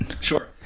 Sure